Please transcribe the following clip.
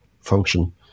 function